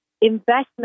investment